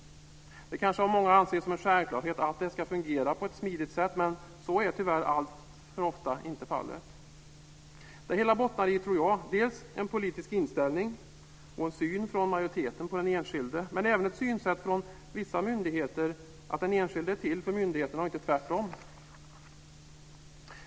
Det kanske av många anses som en självklarhet att det ska fungera på ett smidigt sätt, men så är tyvärr alltför ofta inte fallet. Det hela bottnar, tror jag, i den politiska inställningen och majoritetens syn på den enskilde, men även i ett synsätt från vissa myndigheter att den enskilde är till för myndigheterna och inte tvärtom.